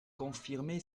confirmé